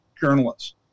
journalists